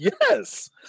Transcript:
Yes